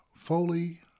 Foley